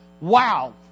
Wow